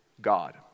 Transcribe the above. God